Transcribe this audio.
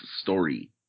story